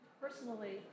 personally